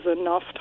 enough